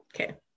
okay